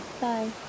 bye